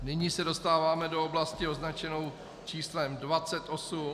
Nyní se dostáváme do oblasti označené číslem 28.